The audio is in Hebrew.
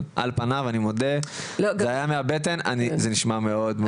על פניו, אני מודה שזה נשמע מאוד מוזר.